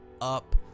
up